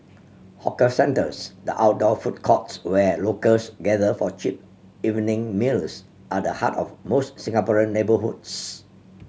hawker centres the outdoor food courts where locals gather for cheap evening meals are the heart of most Singaporean neighbourhoods